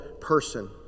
person